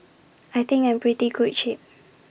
I think I'm in pretty good shape